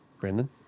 Brandon